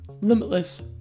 Limitless